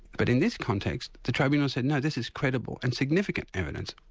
but in this context, the tribunal said no, this is credible and significant evidence,